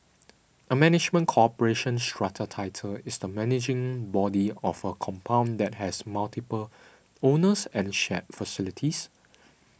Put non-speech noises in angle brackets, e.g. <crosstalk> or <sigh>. <noise> a management corporation strata title is the managing body of a compound that has multiple owners and shared facilities